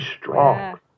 strong